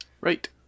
Right